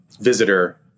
visitor